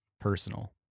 personal